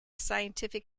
scientific